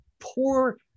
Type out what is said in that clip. poor